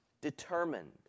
determined